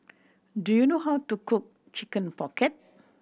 do you know how to cook Chicken Pocket